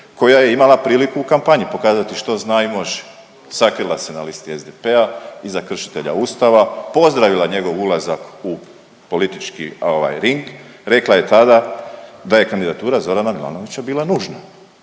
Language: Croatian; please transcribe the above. koja je imala priliku u kampanji pokazati što zna i može. Sakrila se na listi SDP-a iza kršitelja Ustava, pozdravila njegov ulazak u politički ring. Rekla je tada je kandidatura Zorana Milanovića bila nužna,